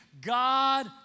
God